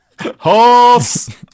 horse